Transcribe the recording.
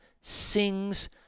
sings